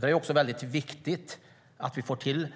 Det är viktigt att vi får till